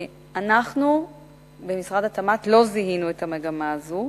אנחנו במשרד התמ"ת לא זיהינו את המגמה הזאת.